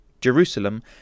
Jerusalem